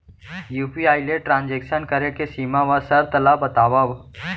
UPI ले transaction करे के सीमा व शर्त ला बतावव?